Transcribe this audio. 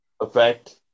effect